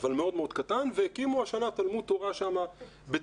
אבל מאוד-מאוד קטן תלמוד תורה בתוך